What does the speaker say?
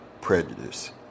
prejudice